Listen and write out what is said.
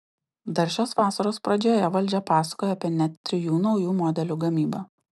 dar šios vasaros pradžioje valdžia pasakojo apie net trijų naujų modelių gamybą